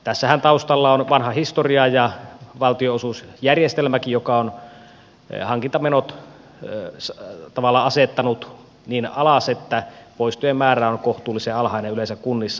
tässähän taustalla on vanha historia ja valtionosuusjärjestelmäkin joka on hankintamenot tavallaan asettanut niin alas että poistojen määrä on kohtuullisen alhainen yleensä kunnissa